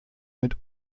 mit